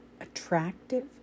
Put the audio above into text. attractive